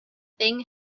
thing